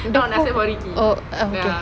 the whole oh okay